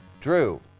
Drew